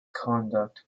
conduct